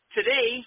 Today